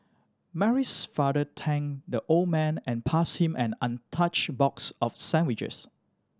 Mary's father thanked the old man and passed him an untouched box of sandwiches